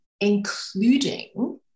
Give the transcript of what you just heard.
including